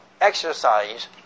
exercise